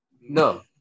no